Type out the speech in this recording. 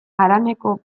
haraneko